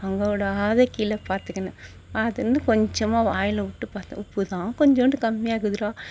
பொங்க விடாத கீழே பார்த்துகின பார்த்துகுனு கொஞ்சமாக வாயில் விட்டு பாத்தேன் உப்புதான் கொஞ்சோண்டு கம்மியாருக்குதுடா